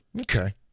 Okay